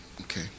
Okay